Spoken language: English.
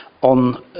on